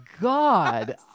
God